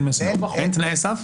אין תנאי סף?